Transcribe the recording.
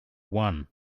one